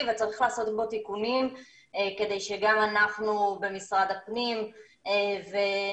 וצריך לעשות בו תיקונים כדי שגם אנחנו במשרד הפנים נוכל,